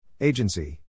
Agency